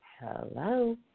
Hello